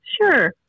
sure